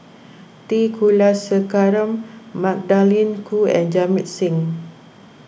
T Kulasekaram Magdalene Khoo and Jamit Singh